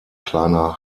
kleiner